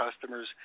customers